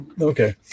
Okay